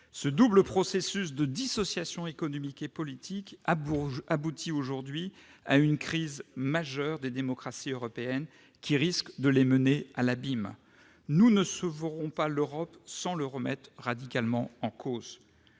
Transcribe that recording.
Ce double processus de dissociation économique et politique aboutit aujourd'hui à une crise majeure des démocraties européennes qui risque de les mener à l'abîme. Nous ne sauverons pas l'Europe sans le remettre radicalement en cause.